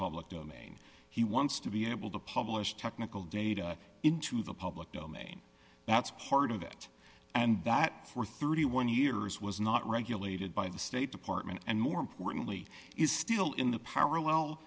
public domain he wants to be able to publish technical data into the public domain that's part of it and that for thirty one years was not regulated by the state department and more importantly is still in the parallel